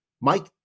Mike